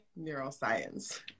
neuroscience